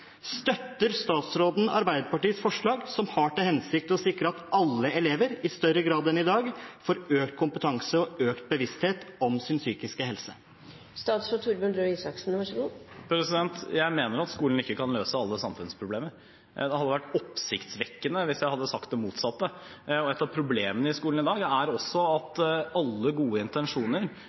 Støtter statsråden Arbeiderpartiets forslag, som har til hensikt å sikre at alle elever i større grad enn i dag får økt kompetanse og økt bevissthet om sin psykiske helse? Jeg mener at skolen ikke kan løse alle samfunnsproblemer. Det hadde vært oppsiktsvekkende hvis jeg hadde sagt det motsatte. Et av problemene i skolen i dag er at alle gode intensjoner